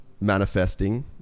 manifesting